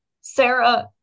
Sarah